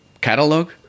catalog